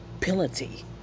penalty